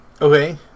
Okay